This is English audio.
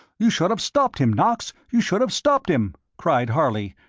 you should have stopped him, knox, you should have stopped him! cried harley,